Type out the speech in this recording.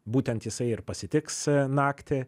būtent jisai ir pasitiks naktį